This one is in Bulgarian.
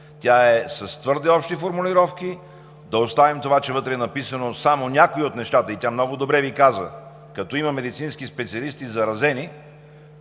Тя е с твърде общи формулировки. Да оставим това, че вътре са написани само някои от нещата и тя много добре Ви каза, че като има заразени медицински специалисти,